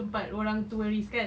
tempat orang tourist kan